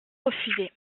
refusé